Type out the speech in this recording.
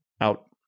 out